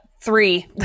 Three